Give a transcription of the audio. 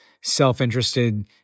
self-interested